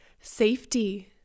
safety